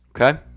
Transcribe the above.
Okay